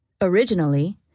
Originally